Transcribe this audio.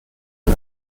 not